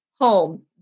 home